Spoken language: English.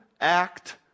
act